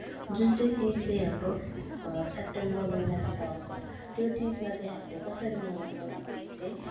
जुन चाहिँ तिज चाहिँ हाम्रो सेप्टेम्बर महिनातिर आउँछ त्यो तिजमा चाहिँ हामीले कसरी मनाउँछौँ भन्दाखेरि चाहिँ